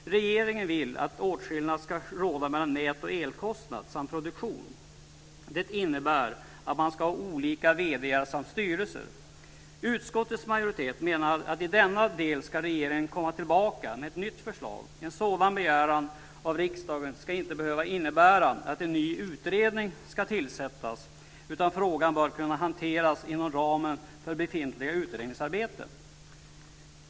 Regeringen vill att åtskillnad ska råda mellan nät och elkostnad samt produktion. Det innebär att man ska ha olika vd:ar och styrelser. Utskottets majoritet menar att i denna del ska regeringen komma tillbaka med ett nytt förslag. En sådan begäran av riksdagen ska inte behöva innebära att en ny utredning ska tillsättas, utan frågan bör kunna hanteras inom ramen för befintligt utredningsarbete.